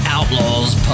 Outlaws